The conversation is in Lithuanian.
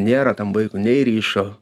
nėra tam vaikui nei ryšio